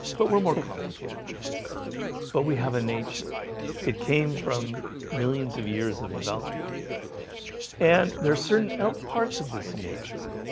but we're more complicated than that but we have a nature it came from millions of years of development and there's certain parts of this nature